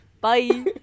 Bye